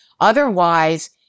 Otherwise